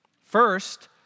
First